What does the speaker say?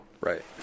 Right